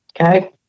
Okay